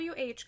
WH